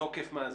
מתוקף מה זה?